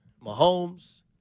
Mahomes